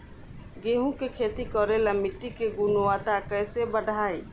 गेहूं के खेती करेला मिट्टी के गुणवत्ता कैसे बढ़ाई?